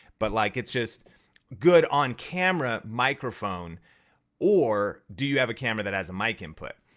but like it's just good on-camera microphone or do you have a camera that has a mic input.